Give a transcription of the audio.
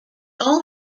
all